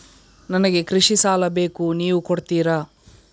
ನನಗೆ ಕೃಷಿ ಸಾಲ ಬೇಕು ನೀವು ಕೊಡ್ತೀರಾ?